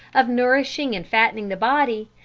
of nourishing and fattening the body,